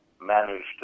managed